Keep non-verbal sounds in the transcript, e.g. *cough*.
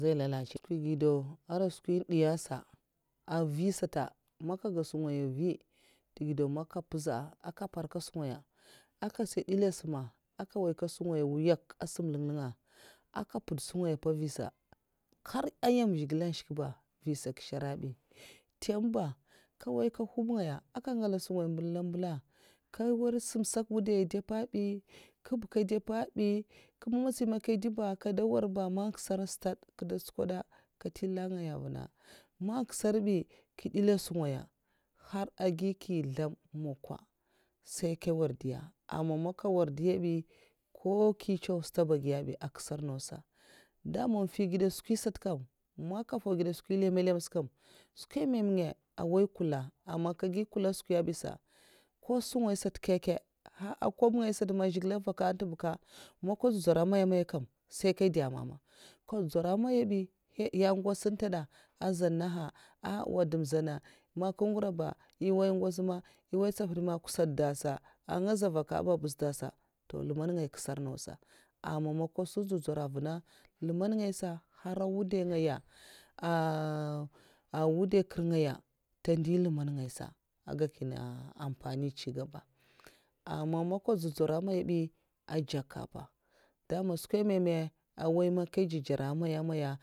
Zai lallache! Ntè gdau ara skwi ndiya sa mvi sata man nkyèga sungaya mvi ntè gidau man nkè mpèz'n' nkè mpèrkad sungaya aka sa ndèl sam'a aka n'woy sungaya èh'wuyak a'sam lin'lènga aka mpud sungaya mpa m'mvisa nhar nyèm zhigilè nshkè ba nvi sa kishèr bi, ntèm ba nkè n'woy nka hwub ngaya nkè ngala a sungaya mbèla mbèla a nkè nwar sam nsak wudai ndè mpa bi, kib nkè ndè mpa bi nkèma matsi man nkè ndè ba nkè ndè nwar ba man nksara stad nkwa'ndo ntsokwoda kè ntèl nlèk ngaya avu na man nksara bi nkè ndèla sungaya har angi nki'zlèma ko makwa sèi nkè nwar diya amam man nkè nwar ndiya bi, ko nki ncèw stad ba èh giya bi daman èhn mfi gèda skwi nsat kam man nkau mfu gèd skwi nlmmmè lèmmè's'kam skwi myè myè awai nkula aman nkè gi nkula skiw'yan bi sa nko sungaya sat nkyè nkyè a man nkwob sat man zhigilè mvaka ntè bika man nko dzow dzar maya maya nkèbi sèi nkè ndè ma ma nko dzow dzura maya bi nyè ngowts ntè da? Azan nèha a nwa dèm zana, man nkè ngura ba ahn è n' woy ngwoz ma nwoy ntsèval nga nkusat dasa nga za mvaka bi mbizdasa nzlèmbad ngai nkèsar nausa amma man nka nsung ndow dzura vana nzlèmbad ngaisa nhar nwudai ngaya *hesitation* nwudai nkèr ngaya ntè ndè nzlèmbad ngai sa èhn gya nkinnè amfani cigaba ama man nko ndzow dzura ya maya bi n njèk mpa da man skwèmèmè nwoy man nkè dzèdzèra maya maya